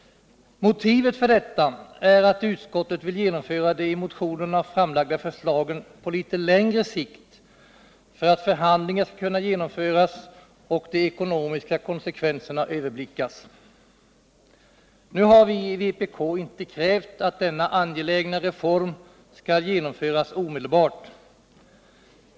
Motivet för detta är att utskottet vill genomföra de i motionerna framlagda — Nr 156 förslagen på lite längre sikt för att förhandlingar skall kunna genomföras och Måndagen den de ekonomiska konsekvenserna överblickas. Nu har vpk inte krävt att denna 29 maj 1978 angelägna reform skall genomföras omedelbart.